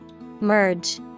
Merge